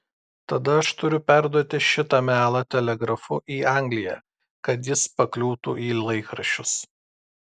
tada aš turiu perduoti šitą melą telegrafu į angliją kad jis pakliūtų į laikraščius